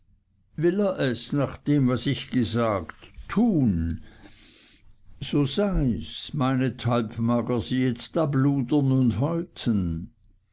will er es nach dem was ich gesagt tun sei's meinethalb mag er sie jetzt abludern und häuten